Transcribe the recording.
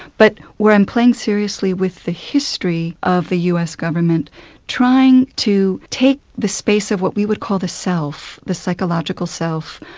but where i'm playing seriously with the history of the us government trying to take the space of what we would call the self, the psychological self,